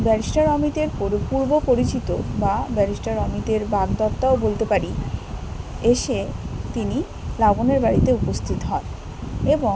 barrister অমিতের পূর্ব পরিচিত বা ব্যারিস্টার অমিতের বাগদত্তাও বলতে পারি এসে তিনি লাবণ্যের বাড়িতে উপস্থিত হন এবং